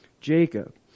Jacob